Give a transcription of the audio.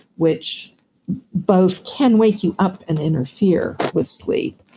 which both can wake you up and interfere with sleep,